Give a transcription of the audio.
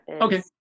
Okay